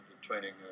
training